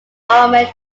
armed